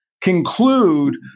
conclude